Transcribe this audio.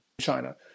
China